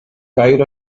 gair